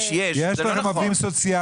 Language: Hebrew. בוודאי שיש.